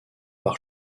par